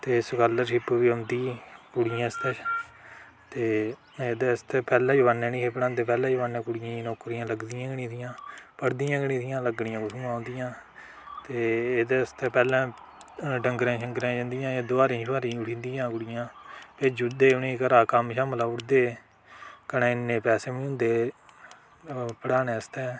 ते स्कालरशिप बी औंदी कुड़ियें आस्तै ते एह्दे आस्तै पैह्लै जमाने नेईं हे पढ़ांदे पैह्लै जमानै कुड़ियें दियां नौकरियां लगदियां नेईं हियां पढ़दियां गै नेईं हियां लग्गनियां कुत्थुआं उं'दियां ते एह्दे आस्तै पैह्लै डंगरें शंगरें नै जंदियां जां दुआरें शुआरें छुड़ी दे कुड़ियां भेजी ओड़दे हे गी उ'नें घरा कम्म शम्म लाई ओड़दे कन्नै इन्ने पैसे बी निं होंदे हे पढ़ाने आस्तै